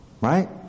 right